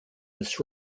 this